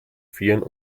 vieren